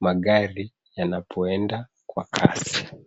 magari yanapoenda kwa kasi.